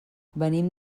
venim